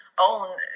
own